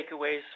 takeaways